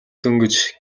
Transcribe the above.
дөнгөж